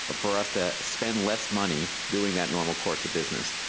ah for us to spend less money doing that normal course of business.